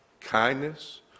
kindness